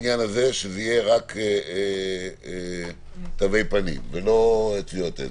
שזה יהיה רק עם תווי פנים ולא טביעות אצבע,